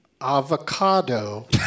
Avocado